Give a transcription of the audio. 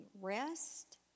Rest